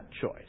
choice